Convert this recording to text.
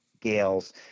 Gales